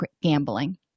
gambling